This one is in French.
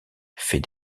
fait